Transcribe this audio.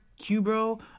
Cubro